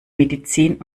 medizin